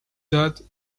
that